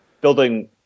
building –